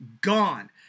gone